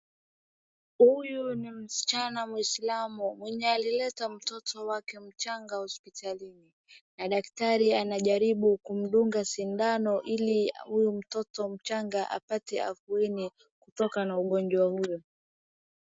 Huyu ni msichana Muislamu mwenye alileta mtoto wake mchanga hospitalini na daktari anajaribu kumdunga sindano ili huyu mtoto mchanga apate afueni kutoka na ugonjwa huo.